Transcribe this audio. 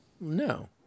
No